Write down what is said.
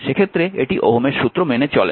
সেক্ষেত্রে এটি ওহমের সূত্র মেনে চলে না